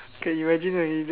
can imagine already